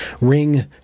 ring